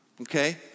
okay